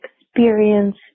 experience